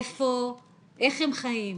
איך הם חיים,